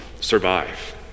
survive